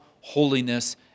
holiness